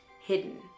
hidden